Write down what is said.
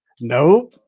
No